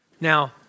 Now